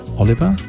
oliver